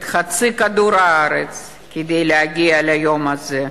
את חצי כדור הארץ, כדי להגיע ליום הזה,